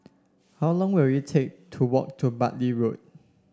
how long will it take to walk to Bartley Road